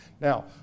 Now